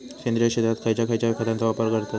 सेंद्रिय शेतात खयच्या खयच्या खतांचो वापर करतत?